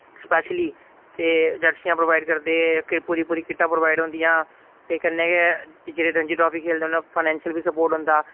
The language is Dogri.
स्पैशली ते जर्सियां प्रोवाइड करदे पूरी पूरी किटां प्रोवाइड होंदियां ते कन्नै गै एह् जेह्ड़े रंझी ट्राफी खेलदे उ'ने फाइनेंशियल बी सप्पोर्ट होंदा